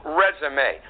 resume